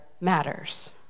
matters